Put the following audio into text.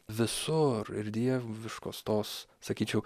visur ir dieviškos tos sakyčiau